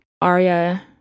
Arya